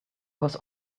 was